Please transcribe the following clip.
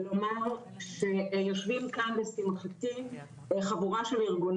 הולכת ממשלה, לא משנה, ניתן להם להכין תוכניות.